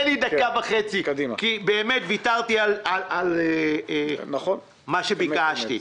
דקה וחצי כי באמת יתרתי על מה שביקשתי.